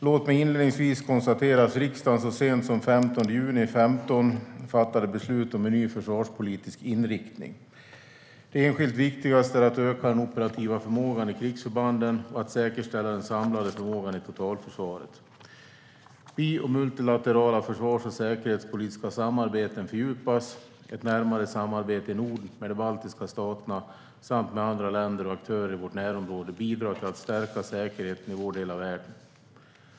Låt mig inledningsvis konstatera att riksdagen så sent som den 15 juni 2015 fattade beslut om en ny försvarspolitisk inriktning. Det enskilt viktigaste är att öka den operativa förmågan i krigsförbanden och att säkerställa den samlade förmågan i totalförsvaret. Bi och multilaterala försvars och säkerhetspolitiska samarbeten fördjupas. Ett närmare samarbete i Norden och med de baltiska staterna samt med andra länder och aktörer i vårt närområde bidrar till att stärka säkerheten i vår del av världen.